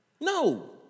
No